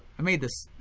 i made this,